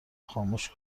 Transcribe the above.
خاموش